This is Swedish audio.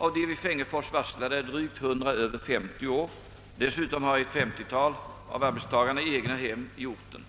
Av de vid Fengersfors varslade är drygt 100 över 50 år. Dessutom har ett 50-tal av arbetstagarna egnahem i orten.